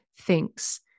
thinks